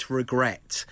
regret